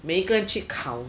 每个人去烤